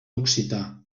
occità